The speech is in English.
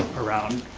around.